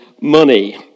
money